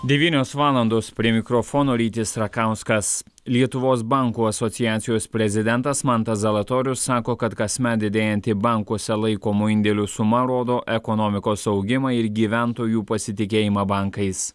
devynios valandos prie mikrofono rytis rakauskas lietuvos bankų asociacijos prezidentas mantas zalatorius sako kad kasmet didėjanti bankuose laikomų indėlių suma rodo ekonomikos augimą ir gyventojų pasitikėjimą bankais